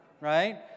right